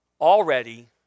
already